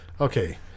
Okay